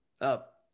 up